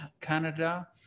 Canada